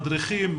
מדריכים,